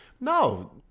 no